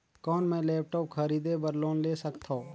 कौन मैं लेपटॉप खरीदे बर लोन ले सकथव?